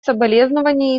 соболезнования